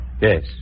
Yes